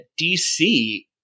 DC